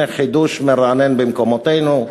הנה חידוש מרענן במקומותינו,